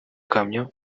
kamyo